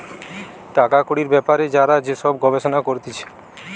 টাকা কড়ির বেপারে যারা যে সব গবেষণা করতিছে